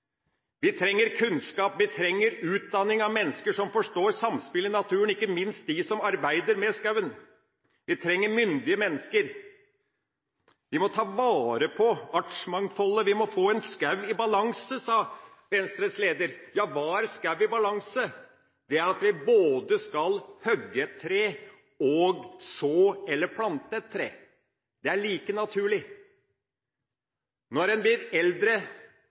Vi trenger kunnskap, vi trenger utdanning av mennesker som forstår samspillet i naturen, ikke minst de som arbeider med skogen. Vi trenger myndige mennesker. Vi må ta vare på artsmangfoldet. Vi må få en skog i balanse, sa Venstres leder. Ja, hva er skog i balanse? Det er at vi både skal hogge et tre og så eller plante et tre. Det er like naturlig. Når de blir eldre,